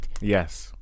yes